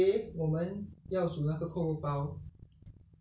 err mm